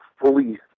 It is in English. fully